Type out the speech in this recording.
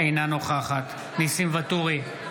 אינה נוכחת ניסים ואטורי,